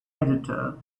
editor